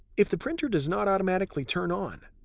if the printer does not automatically turn on,